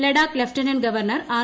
Ladakh lieutenant governor R